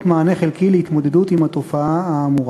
מענה חלקי להתמודדות עם התופעה האמורה.